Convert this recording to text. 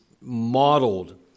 modeled